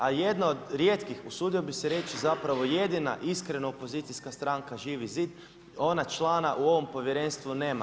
A jedna od rijetkih, usudio bih reći zapravo i jedina iskrena opozicijska stranka Živi zid ona člana u ovom povjerenstvu nema.